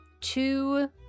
two